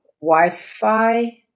wi-fi